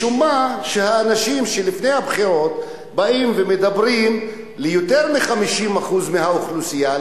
משום מה האנשים שלפני הבחירות באים ומדברים ליותר מ-50% מהאוכלוסייה,